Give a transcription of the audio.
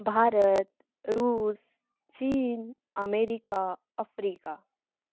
Bharat Russia China America Africa